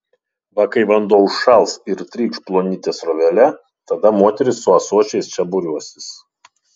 va kai vanduo užšals ir trykš plonyte srovele tada moterys su ąsočiais čia būriuosis